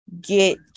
get